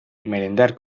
merendar